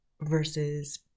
versus